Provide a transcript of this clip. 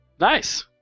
Nice